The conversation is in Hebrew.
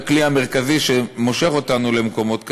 לכלי המרכזי שמושך אותנו למקומות כאלה,